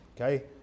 Okay